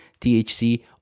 THC